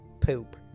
poop